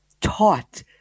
taught